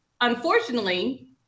unfortunately